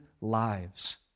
lives